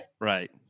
Right